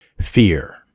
Fear